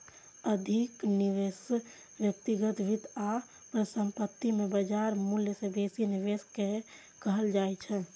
अधिक निवेश व्यक्तिगत वित्त आ परिसंपत्ति मे बाजार मूल्य सं बेसी निवेश कें कहल जाइ छै